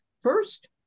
First